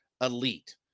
elite